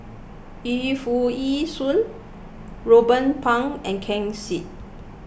Yu Foo Yee Shoon Ruben Pang and Ken Seet